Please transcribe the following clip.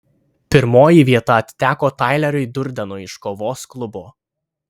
pirmoji vieta atiteko taileriui durdenui iš kovos klubo